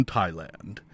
Thailand